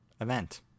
event